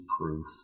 proof